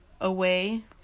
Away